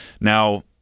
Now